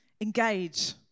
engage